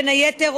בין היתר,